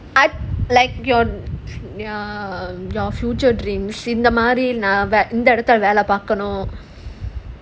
I'd like your ya your future dreams இந்த மாதிரி இந்த இடத்துல வேல பார்க்கனும்:indha maadhiri indha idathula vela paarkanum